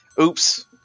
Oops